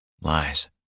Lies